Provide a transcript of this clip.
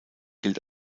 gilt